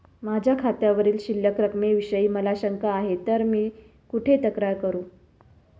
माझ्या खात्यावरील शिल्लक रकमेविषयी मला शंका आहे तर मी कुठे तक्रार करू?